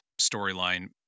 storyline